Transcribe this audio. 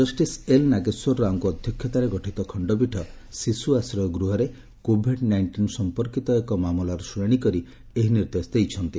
justice L Nageswara ରାଓଙ୍କ ଅଧ୍ୟକ୍ଷତାରେ ଗଠିତ ଖଣ୍ଡପୀଠ ଶିଶୁ ଆଶ୍ରୟ ଗୃହରେ କୋଭିଡ୍ ନାଇଷ୍ଟିନ୍ ସମ୍ପର୍କିତ ଏକ ମାମଲାର ଶୁଣାଣି କରି ଏହି ନିର୍ଦ୍ଦେଶ ଦେଇଛନ୍ତି